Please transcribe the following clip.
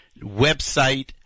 website